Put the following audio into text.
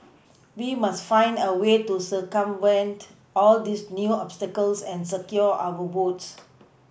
we must find a way to circumvent all these new obstacles and secure our votes